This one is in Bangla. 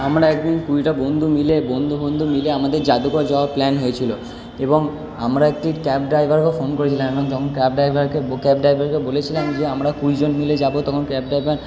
আমরা এক দিন কুড়িটা বন্ধু মিলে বন্ধু বন্ধু মিলে আমাদের যাদুঘর যাওয়ার প্ল্যান হয়েছিলো এবং আমরা একটি ক্যাব ড্রাইভারকে ফোন করেছিলাম এবং যখন ক্যাব ড্রাইভারকে ক্যাব ড্রাইভারকে বলেছিলাম যে আমরা কুড়িজন মিলে যাবো তখন ক্যাব ড্রাইভার